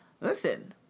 Listen